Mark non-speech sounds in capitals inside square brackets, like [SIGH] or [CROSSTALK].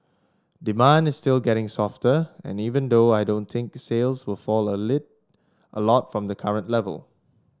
demand is still getting softer and even though I don't think sales will fall a [UNINTELLIGIBLE] a lot from the current level